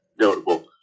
notable